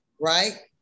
right